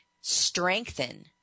strengthen